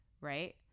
right